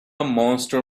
monster